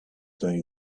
day